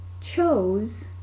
chose